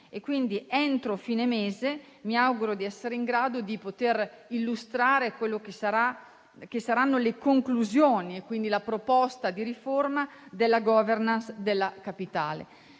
termine; entro fine mese mi auguro di essere in grado di illustrare le conclusioni e quindi la proposta di riforma della *governance* della Capitale.